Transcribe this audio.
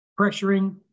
pressuring